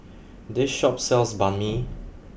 this shop sells Banh Mi